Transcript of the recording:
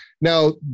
Now